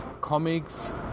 comics